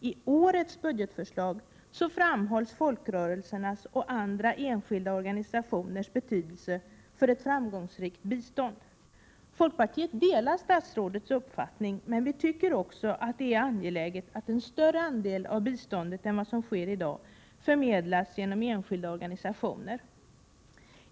I årets budgetförslag framhålls folkrörelsernas och andra enskilda organisationers betydelse för ett framgångsrikt bistånd. Folkpartiet delar statsrådets uppfattning, men vi tycker också att det är angeläget att en större andel av biståndet än i dag förmedlas genom enskilda organisationer.